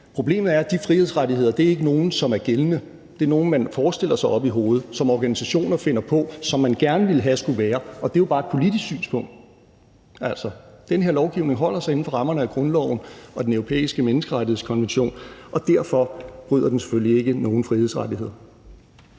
Problemet er, at de frihedsrettigheder ikke er nogen, som er gældende. Det er nogle, man forestiller sig oppe i hovedet; nogle, som organisationer finder på, og som man gerne ville have skulle være der. Det er jo bare et politisk synspunkt. Altså, den her lovgivning holder sig inden for rammerne af grundloven og Den Europæiske Menneskerettighedskonvention, og derfor bryder den selvfølgelig ikke med nogen frihedsrettigheder.